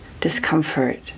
discomfort